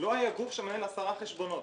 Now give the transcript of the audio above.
לא היה גוף שמנהל 10 חשבונות.